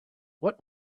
what